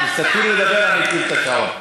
אז תתחילי לדבר, אני אפעיל את השעון.